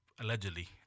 allegedly